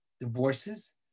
divorces